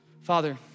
Father